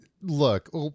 look